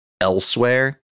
elsewhere